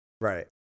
Right